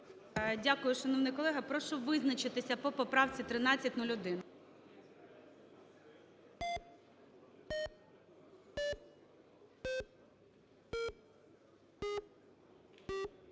Дякую, шановний колега. Прошу визначитися по поправці 1301.